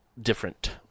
different